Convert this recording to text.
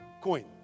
coin